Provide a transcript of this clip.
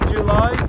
July